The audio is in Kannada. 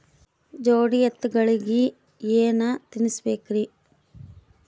ಜೋಡಿ ಎತ್ತಗಳಿಗಿ ಏನ ತಿನಸಬೇಕ್ರಿ?